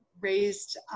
raised